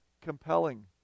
compelling